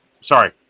Sorry